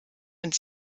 und